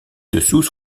dessous